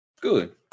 good